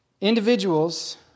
Individuals